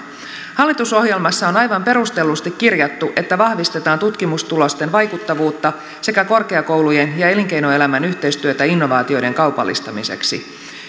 hallitusohjelmassa on aivan perustellusti kirjattu että vahvistetaan tutkimustulosten vaikuttavuutta sekä korkeakoulujen ja elinkeinoelämän yhteistyötä innovaatioiden kaupallistamiseksi